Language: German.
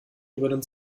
übernimmt